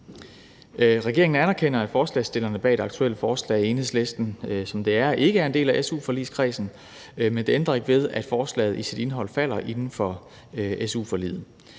Regeringen anerkender, at forslagsstillerne bag det aktuelle forslag – Enhedslisten, som det er – ikke er en del af su-forligskredsen, men det ændrer ikke ved, at forslaget i sit indhold falder inden for su-forliget,